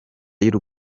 y’u